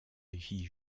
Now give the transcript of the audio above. vie